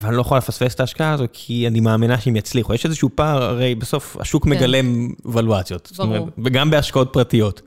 ואני לא יכול לפספס את ההשקעה הזו, כי אני מאמינה שהם יצליחו. יש איזה שהוא פער, הרי בסוף, השוק מגלם וולואציות. ברור. וגם בהשקעות פרטיות.